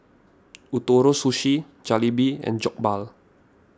Ootoro Sushi Jalebi and Jokbal